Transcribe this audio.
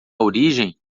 origem